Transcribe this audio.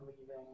leaving